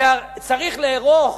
זה צריך לארוך